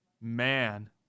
Man